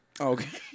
okay